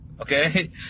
okay